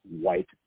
white